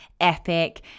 epic